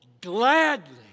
gladly